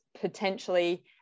potentially